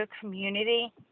community